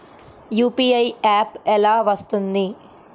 UPI app ఎలా వస్తుంది?